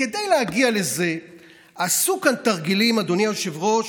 כדי להגיע לזה עשו כאן תרגילים, אדוני היושב-ראש,